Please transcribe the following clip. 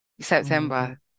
September